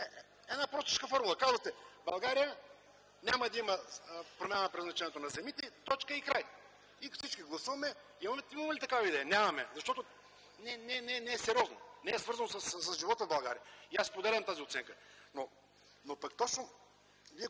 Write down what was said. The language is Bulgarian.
една простичка формула – казвате: в България няма да има промяна на предназначението на земите. Точка и край! Всички гласуваме. Имаме ли такава идея? Нямаме, защото не е сериозно, не е свързано с живота в България. Аз споделям тази оценка. Но пък точно